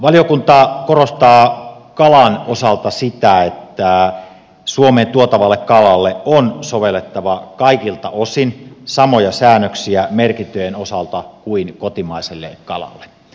valiokunta korostaa kalan osalta sitä että suomeen tuotavalle kalalle on sovellettava kaikilta osin samoja säännöksiä merkintöjen osalta kuin kotimaiselle kalalle